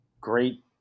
great –